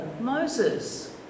Moses